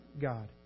God